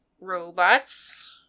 Robots